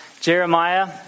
Jeremiah